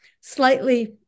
slightly